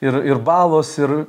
ir ir balos ir